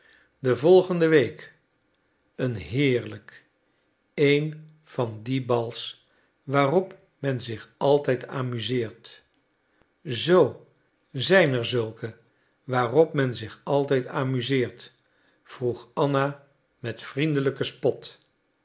de volgende week een heerlijk een van die bals waarop men zich altijd amuseert zoo zijn er zulke waarop men zich altijd amuseert vroeg anna met vriendelijke spot